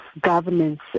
governance